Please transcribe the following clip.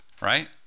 right